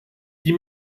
die